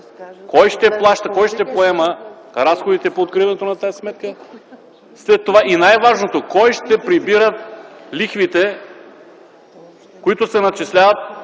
кой ще плаща, ще поема разходите по откриването на тази сметка? И най-важното – кой ще прибира лихвите, които се начисляват